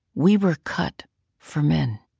we were cut for men.